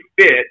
fit